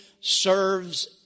serves